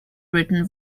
written